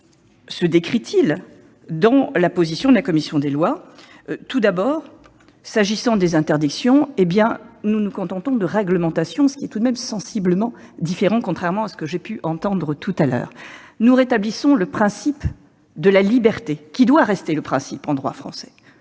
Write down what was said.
est-il inscrit dans la position de la commission des lois ? Tout d'abord, en lieu et place des interdictions, nous nous contentons de réglementations, ce qui est tout de même sensiblement différent, contrairement à ce que j'ai pu entendre. Ensuite, nous rétablissons le principe de la liberté, qui doit rester le principe en droit français,